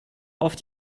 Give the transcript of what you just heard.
auf